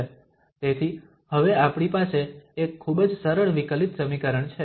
તેથી હવે આપણી પાસે એક ખૂબ જ સરળ વિકલિત સમીકરણ છે